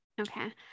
Okay